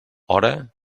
hora